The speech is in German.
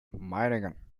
meiningen